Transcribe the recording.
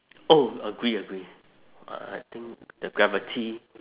oh agree agree I I think the gravity